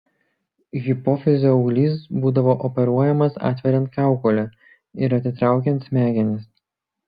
hipofizio auglys būdavo operuojamas atveriant kaukolę ir atitraukiant smegenis